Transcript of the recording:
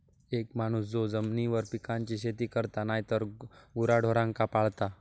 एक माणूस जो जमिनीवर पिकांची शेती करता नायतर गुराढोरांका पाळता